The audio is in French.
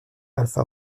alfa